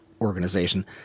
organization